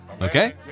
Okay